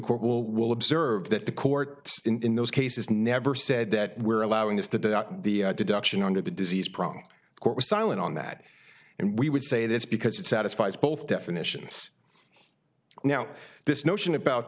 court will will observe that the court in those cases never said that we're allowing this that the deduction under the disease prong court was silent on that and we would say this because it satisfies both definitions now this notion about